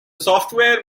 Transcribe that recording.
software